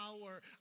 power